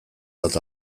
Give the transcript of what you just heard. bat